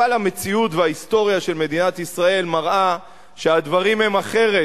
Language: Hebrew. אבל המציאות וההיסטוריה של מדינת ישראל מראות שהדברים הם אחרת.